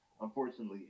unfortunately